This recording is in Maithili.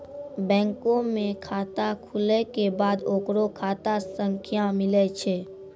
बैंको मे खाता खुलै के बाद ओकरो खाता संख्या मिलै छै